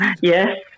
yes